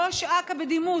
ראש אכ"א בדימוס,